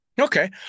Okay